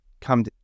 come